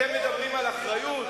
אתם מדברים על אחריות,